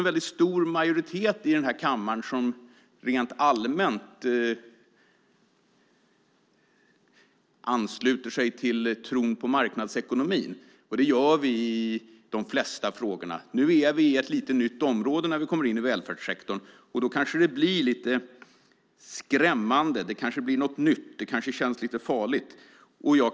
En stor majoritet i kammaren ansluter sig i de flesta frågor till tron på marknadsekonomin. När det gäller välfärdssektorn kommer vi in på ett nytt område, och då blir det kanske lite skrämmande och farligt.